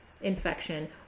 infection